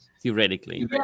theoretically